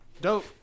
Dope